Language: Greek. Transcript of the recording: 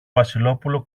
βασιλόπουλο